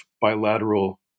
bilateral